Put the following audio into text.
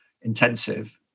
intensive